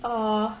uh